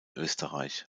österreich